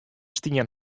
stien